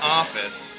office